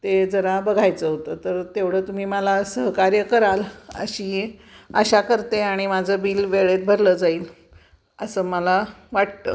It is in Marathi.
ते जरा बघायचं होतं तर तेवढं तुम्ही मला सहकार्य कराल अशी आशा करते आणि माझं बिल वेळेत भरलं जाईल असं मला वाटतं